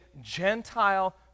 Gentile